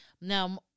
Now